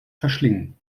verschlingen